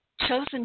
chosen